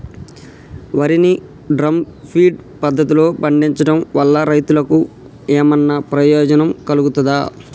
వరి ని drum feed పద్ధతిలో పండించడం వల్ల రైతులకు ఏమన్నా ప్రయోజనం కలుగుతదా?